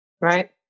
right